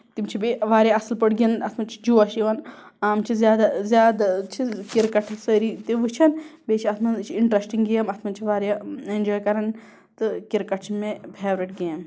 تِم چھِ بیٚیہِ واریاہ اَصٕل پٲٹھۍ گِندان اَتھ منٛز چھُ جوش یِوان یِم چھِ زیادٕ زیادٕ چھ کِرکٹھٕے سٲری تہِ وُچھان بیٚیہِ چھِ اَتھ منٛز یہِ چھِ اِنٹرَسٹِنگ گیم اَتھ منٛز چھِ واریاہ اینجاے کران تہٕ کِرکٹ چھُ مےٚ فیورِٹ گیم